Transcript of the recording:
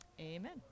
Amen